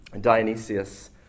Dionysius